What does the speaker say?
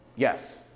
Yes